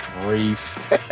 grief